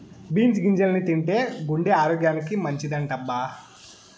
beans గింజల్ని తింటే గుండె ఆరోగ్యానికి మంచిదటబ్బా